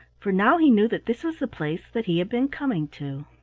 for now he knew that this was the place that he had been coming to.